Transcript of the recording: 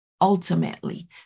Ultimately